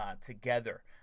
together